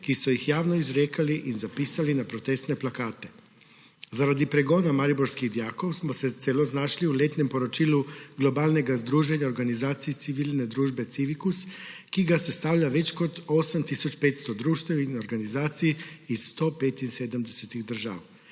ki so jih javno izrekali in zapisali na protestne plakate. Zaradi pregona mariborskih dijakov smo se celo znašli v letnem poročilu globalnega združenja organizacij civilne družbe Civicus, ki ga sestavlja več kot 8 tisoč 500 društev in organizacij iz 175 držav;